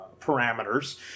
parameters